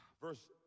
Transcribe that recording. Verse